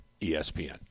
ESPN